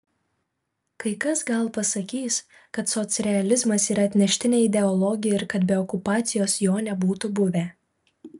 kai kas gal pasakys kad socrealizmas yra atneštinė ideologija ir kad be okupacijos jo nebūtų buvę